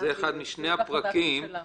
זה בהחלטת ממשלה.